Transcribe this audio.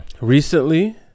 recently